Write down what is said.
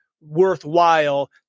worthwhile